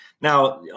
Now